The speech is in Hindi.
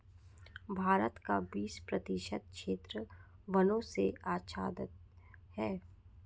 भारत का बीस प्रतिशत क्षेत्र वनों से आच्छादित है